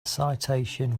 citation